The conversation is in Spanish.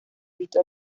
habitó